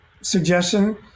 suggestion